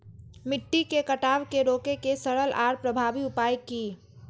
मिट्टी के कटाव के रोके के सरल आर प्रभावी उपाय की?